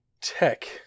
tech